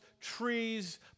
trees